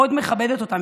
ואני מאוד מכבדת אותם.